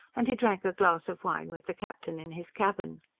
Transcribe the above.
and he drank a glass of wine with the captain in his cabin.